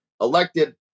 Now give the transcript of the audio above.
elected